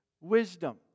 wisdom